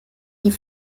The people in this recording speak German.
die